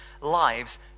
lives